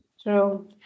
True